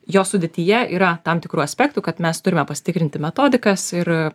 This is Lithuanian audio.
jo sudėtyje yra tam tikrų aspektų kad mes turime pasitikrinti metodikas ir